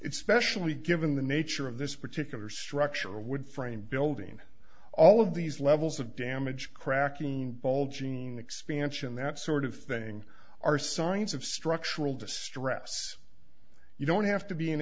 it's specially given the nature of this particular structure wood frame building all of these levels of damage cracking bulging expansion that sort of thing are signs of structural distress you don't have to be an